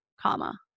comma